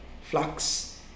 flux